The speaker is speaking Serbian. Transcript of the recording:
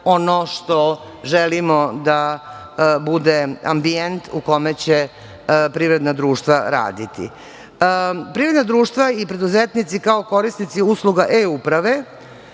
ono što želimo da bude ambijent u kome će privredna društva raditi. Privredna društva i preduzetnici kao korisnici usluga e-uprave.